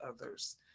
others